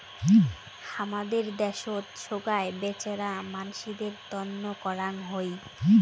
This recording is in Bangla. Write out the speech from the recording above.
হামাদের দ্যাশোত সোগায় বেচেরা মানসিদের তন্ন করাং হই